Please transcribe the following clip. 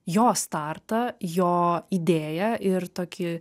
jo startą jo idėją ir tokį